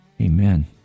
Amen